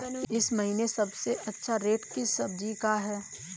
इस महीने सबसे अच्छा रेट किस सब्जी का है?